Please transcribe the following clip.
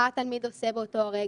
מה התלמיד עושה באותו רגע?